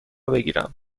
بگیرم